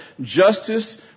justice